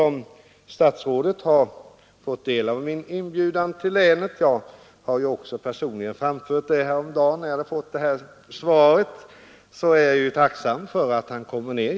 Statsrådet har ju genom Växjöbladet fått min inbjudan att komma till länet — jag framförde den också personligen häromdagen — och jag är tacksam för att han kommer ned.